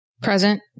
Present